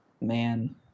Man